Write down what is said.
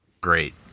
great